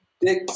Dick